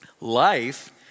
life